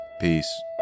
Peace